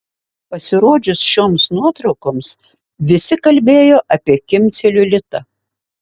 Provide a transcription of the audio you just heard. pasirodžius šioms nuotraukoms visi kalbėjo apie kim celiulitą